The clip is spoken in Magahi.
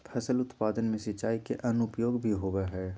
फसल उत्पादन में सिंचाई के अन्य उपयोग भी होबय हइ